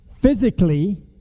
physically